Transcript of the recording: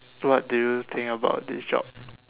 what do you think about this job